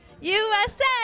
USA